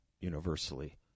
universally